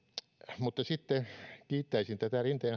sitten kiittäisin tätä rinteen